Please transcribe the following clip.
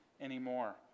anymore